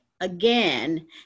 again